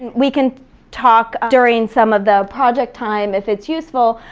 we can talk during some of the project time, if it's useful,